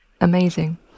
amazing